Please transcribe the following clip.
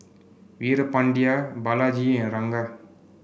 Veerapandiya Balaji and Ranga